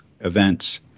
events